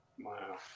Wow